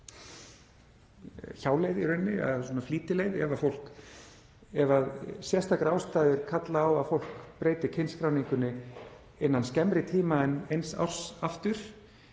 hjáleið í rauninni, eða svona flýtileið, að ef sérstakar ástæður kalla á að fólk breyti kynskráningunni innan skemmri tíma en eins árs aftur